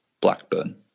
Blackburn